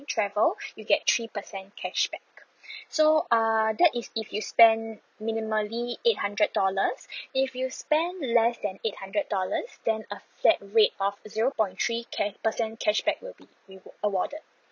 travel you get three percent cashback so err that is if you spend minimally eight hundred dollars if you spend less than eight hundred dollars then a flat rate of zero point three ten percent cashback will be re~ awarded